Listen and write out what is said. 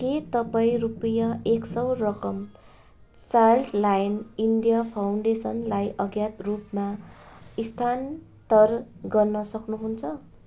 के तपाईँ रुपियाँ एक सय रकम चाइल्ड लाइन इन्डिया फाउन्डेसनलाई अज्ञात रूपमा स्थानान्तर गर्न सक्नु हुन्छ